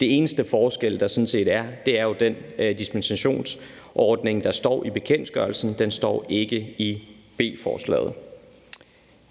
Den eneste forskel, der sådan set er, er den dispensationsordning, der står i bekendtgørelsen. Den står ikke i B-forslaget.